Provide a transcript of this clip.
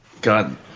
God